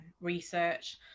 research